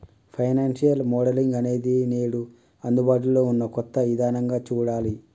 financial modelling అనేది నేడు అందుబాటులో ఉన్న కొత్త ఇదానంగా చూడాలి